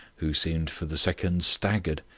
who seemed for the second staggered.